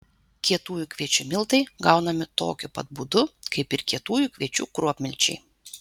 kietųjų kviečių miltai gaunami tokiu pat būdu kaip ir kietųjų kviečių kruopmilčiai